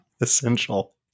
Essential